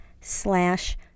slash